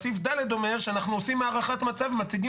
אז סעיף ד' אומר שאנחנו עושים הערכת מצב ומציגים